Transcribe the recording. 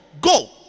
Go